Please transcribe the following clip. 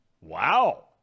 Wow